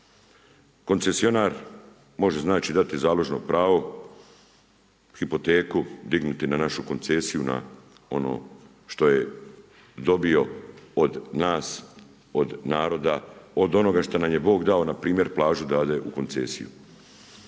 koncesionar može znači dati založno pravo, hipoteku, dignuti na našu koncesiju, na ono što je dobio od nas, od naroda, od onoga što nam je Bog dao, npr. plažu dade u koncesiju.